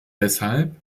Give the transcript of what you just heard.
deshalb